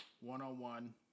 one-on-one